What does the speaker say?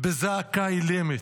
בזעקה אילמת,